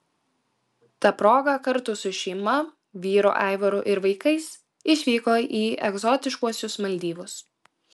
ta proga kartu su šeima vyru aivaru ir vaikais išvyko į egzotiškuosius maldyvus